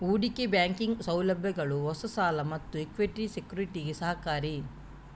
ಹೂಡಿಕೆ ಬ್ಯಾಂಕಿಂಗ್ ಸೌಲಭ್ಯಗಳು ಹೊಸ ಸಾಲ ಮತ್ತೆ ಇಕ್ವಿಟಿ ಸೆಕ್ಯುರಿಟಿಗೆ ಸಹಕಾರಿ